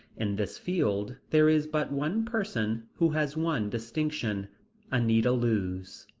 in this field there is but one person who has won distinction anita loos.